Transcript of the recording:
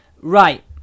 Right